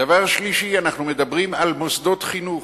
דבר שלישי, אנחנו מדברים על מוסדות חינוך.